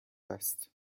است